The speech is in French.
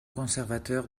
conservateur